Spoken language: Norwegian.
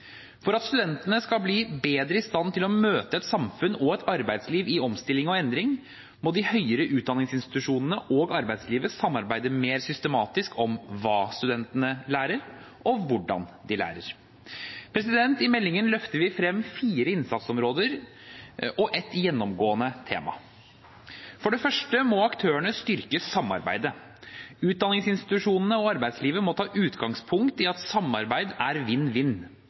For at studentene skal bli bedre i stand til å møte et samfunn og et arbeidsliv i omstilling og endring, må de høyere utdanningsinstitusjonene og arbeidslivet samarbeide mer systematisk om hva studentene lærer, og hvordan de lærer. I meldingen løfter vi frem fire innsatsområder og ett gjennomgående tema: For det første må aktørene styrke samarbeidet. Utdanningsinstitusjonene og arbeidslivet må ta utgangspunkt i at samarbeid er